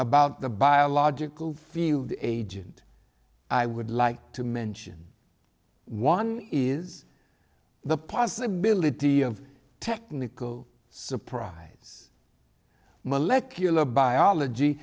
about the biological field agent i would like to mention one is the possibility of technical surprise molecular biology